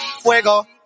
Fuego